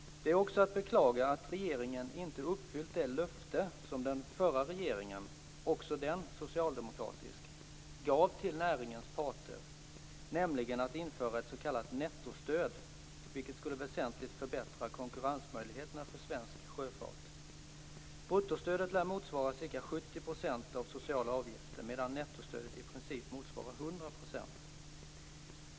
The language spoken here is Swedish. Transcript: Det är också att beklaga att regeringen inte uppfyllt det löfte som den förra regeringen, också den socialdemokratisk, gav till näringens parter, nämligen att införa ett s.k. nettostöd, vilket skulle väsentligt förbättra konkurrensmöjligheterna för svensk sjöfart. Bruttostödet lär motsvara ca 70 % av sociala avgifter medan nettostödet i princip motsvarar 100 %.